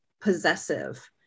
possessive